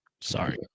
Sorry